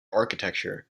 architecture